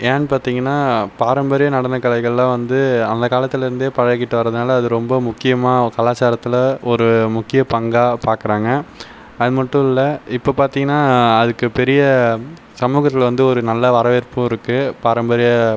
ஏன் பார்த்தீங்கனா பாரம்பரிய நடன கலைகள் எல்லாம் வந்து அந்த காலத்திலிருந்து பழகிட்டு வரதுனால் அது ரொம்ப முக்கியமாக கலாச்சாரத்தில் ஒரு முக்கிய பங்காக பார்க்குறாங்க அது மட்டும் இல்லை இப்போ பார்த்தீங்கனா அதுக்கு பெரிய சமூகத்தில் வந்து ஒரு நல்ல வரவேற்பும் இருக்குது பாரம்பரிய